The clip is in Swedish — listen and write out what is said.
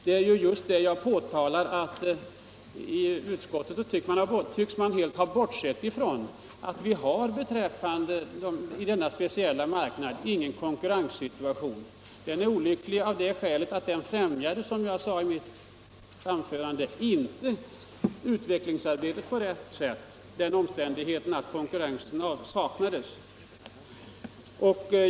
Det är ju just det som jag har påtalat. Utskottet tycks helt ha bortsett från att vi på denna speciella marknad inte har någon konkurrenssituation. Den omständigheten att konkurrens saknas är olycklig av det skälet att detta inte, som jag sade i mitt förra anförande, främjar ett utvecklingsarbete på rätt sätt.